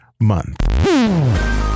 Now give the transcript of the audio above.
Month